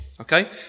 Okay